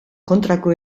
kontrako